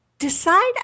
Decide